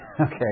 Okay